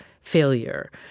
failure